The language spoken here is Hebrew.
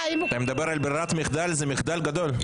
אתה מדבר על ברירת מחדל, זה מחדל גדול.